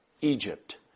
Egypt